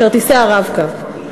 כרטיסי ה"רב-קו".